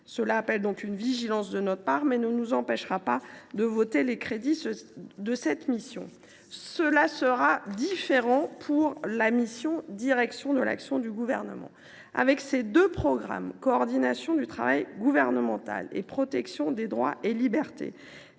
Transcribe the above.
nous appelle à faire montre de vigilance, mais ne nous empêchera pas de voter les crédits de cette mission. Il en sera autrement pour la mission « Direction de l’action du Gouvernement ». Avec ses deux programmes, « Coordination du travail gouvernemental » et « Protection des droits et libertés »,